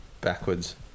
Backwards